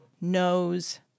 knows